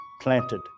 planted